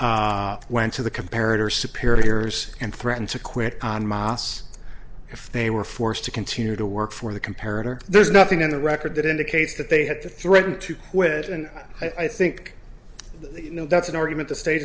minutes went to the comparative superiors and threatened to quit on mosques if they were forced to continue to work for the comparative there's nothing in the record that indicates that they had to threaten to quit and i think that's an argument the state